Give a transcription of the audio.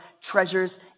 treasures